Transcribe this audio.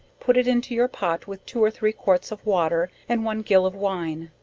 put it into your pot with two or three quarts of water, and one jill of wine,